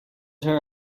her